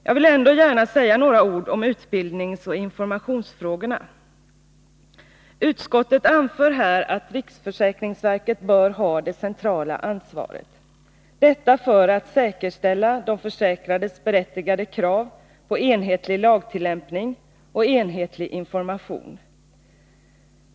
Jag vill ändå gärna säga några ord om utbildningsoch informationsfrågorna. Utskottet anför här att riksförsäkringsverket bör ha det centrala ansvaret, detta för att säkerställa de försäkrades berättigade krav på enhetlig lagtillämpning och enhetlig information.